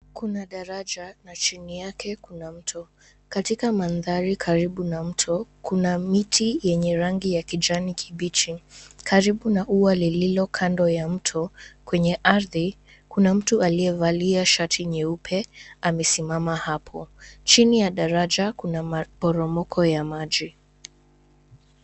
Kuna daraja na chini yake kuna mto. Katika mandhari karibu na mto kuna miti yenye rangi ya kijani kibichi. karibu na ua lililo kando ya mto, kwenye ardhi, kuna mtu aliyevalia shati nyeupe amesimama hapo. Chini ya daraja kuna maporomoko ya maji.